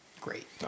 Great